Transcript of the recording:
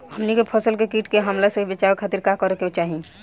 हमनी के फसल के कीट के हमला से बचावे खातिर का करे के चाहीं?